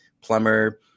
plumber